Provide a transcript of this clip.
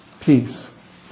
peace